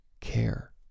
care